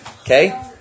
Okay